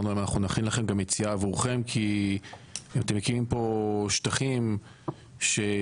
אמרנו להם שנכין לכם יציאה עבורכם כי אתם מקימים פה שטחים שיכולים,